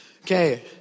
Okay